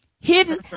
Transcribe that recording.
hidden